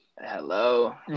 Hello